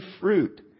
fruit